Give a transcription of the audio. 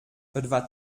etwa